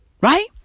Right